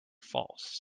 false